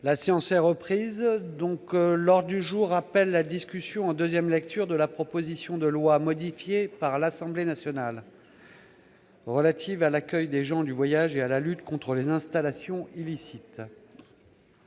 La séance est reprise. L'ordre du jour appelle la discussion en deuxième lecture de la proposition de loi, modifiée par l'Assemblée nationale, relative à l'accueil des gens du voyage et à la lutte contre les installations illicites